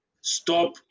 stop